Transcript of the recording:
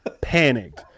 Panicked